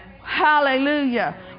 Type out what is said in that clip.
Hallelujah